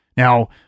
Now